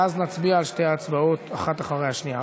ואז נצביע על שתי ההצעות אחת אחרי השנייה.